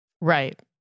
Right